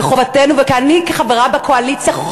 וחובתנו ואני כחברה בקואליציה,